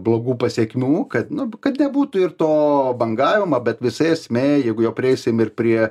blogų pasekmių kad nu kad nebūtų ir to bangavimo bet visa esmė jeigu jau prieisim ir prie